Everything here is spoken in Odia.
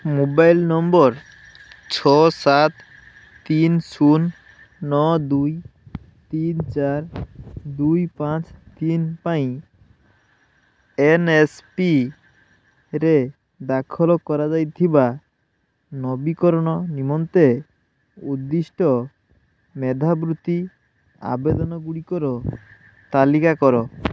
ମୋବାଇଲ୍ ନମ୍ବର୍ ଛଅ ସାତ ତିନି ଶୂନ ନଅ ଦୁଇ ତିନି ଚାରି ଦୁଇ ପାଞ୍ଚ ତିନି ପାଇଁ ଏନ୍ଏସ୍ପିରେ ଦାଖଲ କରାଯାଇଥିବା ନବୀକରଣ ନିମନ୍ତେ ଉଦ୍ଦିଷ୍ଟ ମେଧାବୃତ୍ତି ଆବେଦନଗୁଡ଼ିକର ତାଲିକା କର